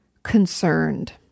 Concerned